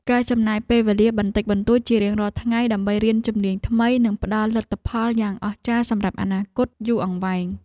ការចំណាយពេលវេលាបន្តិចបន្តួចជារៀងរាល់ថ្ងៃដើម្បីរៀនជំនាញថ្មីនឹងផ្តល់លទ្ធផលយ៉ាងអស្ចារ្យសម្រាប់អនាគតយូរអង្វែង។